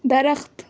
درخت